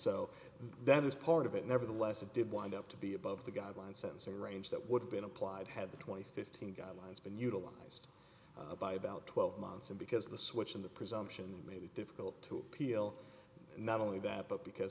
so that is part of it nevertheless it did wind up to be above the guideline sentencing range that would have been applied had the twenty fifteen guidelines been utilized by about twelve months and because the switch in the presumption made it difficult to appeal not only that but because